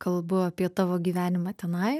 kalbu apie tavo gyvenimą tenai